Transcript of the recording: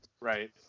Right